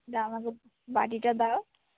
দাও আমাকে বাটিটা দাও